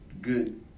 good